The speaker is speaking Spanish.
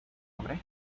hombre